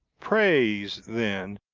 praise, then,